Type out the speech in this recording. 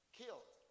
killed